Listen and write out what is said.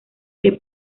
que